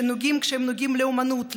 כשהם נוגעים לאומנות,